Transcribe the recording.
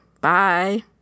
Bye